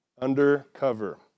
Undercover